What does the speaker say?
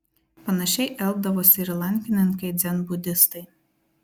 panašiai elgdavosi ir lankininkai dzenbudistai